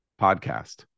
podcast